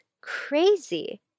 crazy